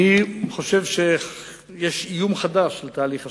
אני חושב שיש איום חדש על תהליך השלום,